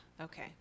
okay